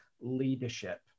leadership